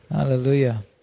Hallelujah